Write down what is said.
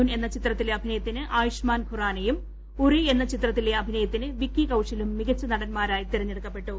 അന്ധാഥുൻ എന്ന ചിത്രത്തിലെ അഭിനയത്തിന് ആയുഷ്മാൻ ഖുറാനയും ഉറി എന്ന ചിത്രത്തിലെ അഭിനയത്തിന് വിക്കി കൌശലും മികച്ച നടന്മാരായി തിരഞ്ഞെടുക്കപ്പെട്ടു